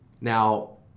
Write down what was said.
Now